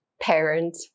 parent